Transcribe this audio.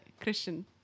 Christian